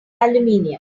aluminium